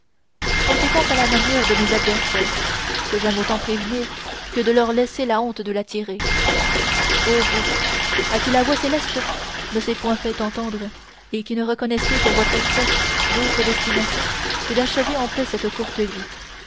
conséquence à la manière de mes adversaires que j'aime autant prévenir que de leur laisser la honte de la tirer o vous à qui la voix céleste ne s'est point fait entendre et qui ne reconnaissez pour votre espèce d'autre destination que d'achever en paix cette courte vie